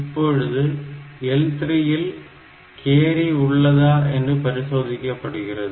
இப்பொழுது L3 இல் carry உள்ளதா என பரிசோதிக்கப்படுகிறது